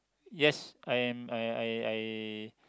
yes I am I I I